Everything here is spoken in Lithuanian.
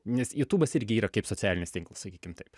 nes jutubas irgi yra kaip socialinis tinklas sakykim taip